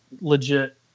legit